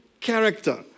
character